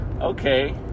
okay